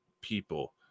people